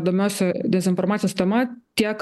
domiuosi dezinformacijos tema tiek